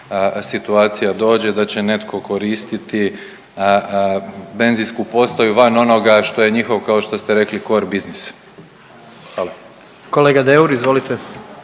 situacija dođe, da će netko koristiti benzinsku postaju van onoga što je njihov kao što ste rekli core business. Hvala. **Jandroković,